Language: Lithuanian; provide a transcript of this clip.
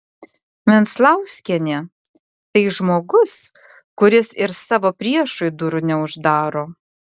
venclauskienė tai žmogus kuris ir savo priešui durų neuždaro